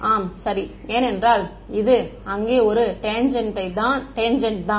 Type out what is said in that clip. ஆம் சரி ஏனென்றால் இது அங்கே ஒரு டேன்ஜெண்ட் தான்